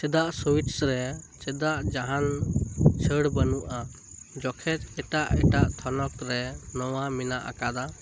ᱪᱮᱫᱟᱜ ᱥᱩᱭᱤᱴᱥ ᱨᱮ ᱪᱮᱫᱟᱜ ᱡᱟᱦᱟᱸᱱ ᱪᱷᱟᱹᱲ ᱵᱟᱱᱩᱜᱼᱟ ᱡᱚᱠᱷᱮᱡ ᱮᱴᱟᱜ ᱮᱴᱟᱜ ᱛᱷᱚᱱᱚᱛ ᱨᱮ ᱱᱚᱶᱟ ᱢᱮᱱᱟᱜ ᱟᱠᱟᱫᱟ